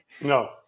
No